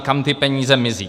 Kam ty peníze mizí?